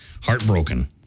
Heartbroken